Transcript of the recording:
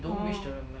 oh